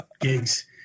gigs